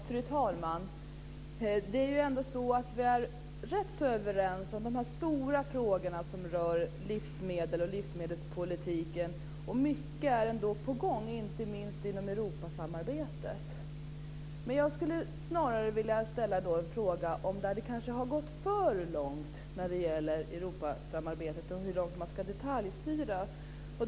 Fru talman! Vi är ändå rätt överens om de stora frågorna som rör livsmedel och livsmedelspolitiken och mycket är på gång, inte minst inom Europasamarbetet. Jag skulle snarare vilja fråga om det kanske har gått för långt när det gäller Europasamarbetet och hur långt man ska detaljstyra.